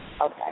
okay